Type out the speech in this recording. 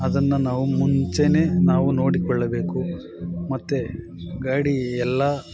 ಅದನ್ನು ನಾವು ಮುಂಚೆಯೇ ನಾವು ನೋಡ್ಕೊಳ್ಳಬೇಕು ಮತ್ತೆ ಗಾಡಿ ಎಲ್ಲ